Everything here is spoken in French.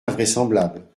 invraisemblable